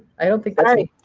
i don't think that's me.